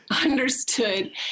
understood